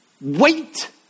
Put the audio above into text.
Wait